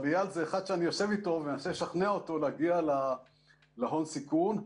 אבל איל הוא אחד שאני יושב איתו ומנסה לשכנע אותו להגיע להון סיכון.